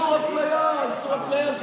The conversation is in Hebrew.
חברת הכנסת בן ארי, תכף אני אענה